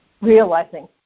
realizing